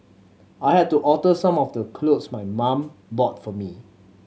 I had to alter some of the clothes my mum bought for me